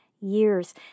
years